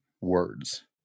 words